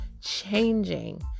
changing